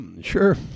Sure